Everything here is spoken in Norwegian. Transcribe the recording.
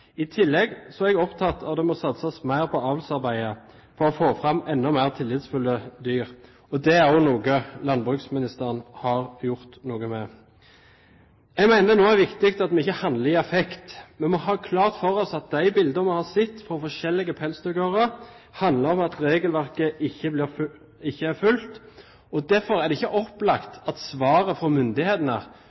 I tillegg er jeg opptatt av at det må satses mer på avlsarbeidet for å få fram enda mer tillitsfulle dyr. Det er også noe landbruksministeren har gjort noe med. Jeg mener nå det er viktig at vi ikke handler i affekt. Vi må ha klart for oss at bildene vi har sett fra forskjellige pelsdyrgårder, handler om at regelverket ikke er fulgt. Derfor er det ikke opplagt at svaret fra myndighetene